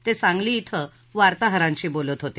ते सांगली शिं वार्ताहरांशी बोलत होते